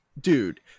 dude